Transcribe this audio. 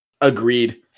Agreed